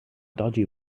dodgy